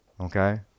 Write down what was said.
okay